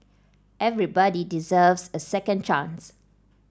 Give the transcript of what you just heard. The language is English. everybody deserves a second chance